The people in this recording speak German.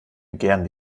gerne